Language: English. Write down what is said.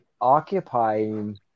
occupying